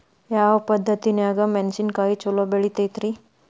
ಯಾವ ಪದ್ಧತಿನ್ಯಾಗ ಮೆಣಿಸಿನಕಾಯಿ ಛಲೋ ಬೆಳಿತೈತ್ರೇ?